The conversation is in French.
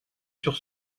sur